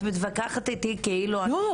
את מתווכחת איתי כאילו אני --- לא,